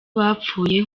bapfuye